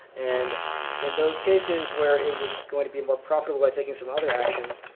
and in those cases where it was going be more profitable by taking some other action,